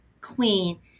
Queen